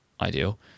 ideal